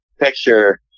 picture